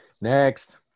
Next